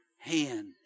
hand